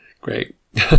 Great